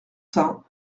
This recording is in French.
saint